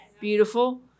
Beautiful